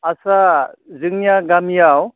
आच्चा जोंनिया गामियाव